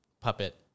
puppet